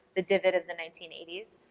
the divot of the nineteen eighty s.